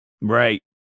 right